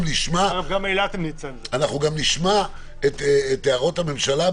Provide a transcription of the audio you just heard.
גם נשמע את הערות הממשלה,